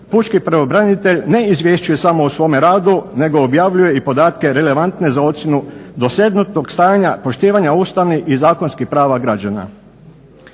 pučki pravobranitelj ne izvješćuje samo o svome radu nego objavljuje i podatke relevantne za ocjenu dosegnutog stanja poštivanja ustavnih i zakonskih prava građana.